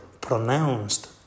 pronounced